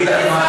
אגיד לך מה,